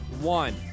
One